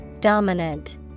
Dominant